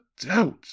doubt